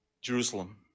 Jerusalem